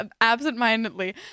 absentmindedly